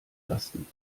lastend